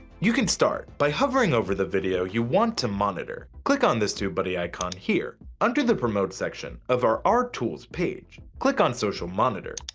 you can start by hovering over the video you want to monitor! click on this tubebuddy icon here, under the promote section of our our tools page, click on social monitor.